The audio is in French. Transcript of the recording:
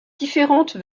différentes